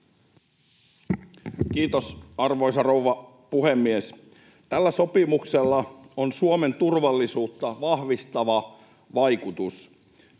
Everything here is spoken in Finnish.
Kiitos, arvoisa rouva puhemies! Tällä sopimuksella on Suomen turvallisuutta vahvistava vaikutus,